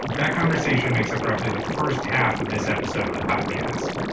that conversation makes up roughly the first half of this episode of the podcast.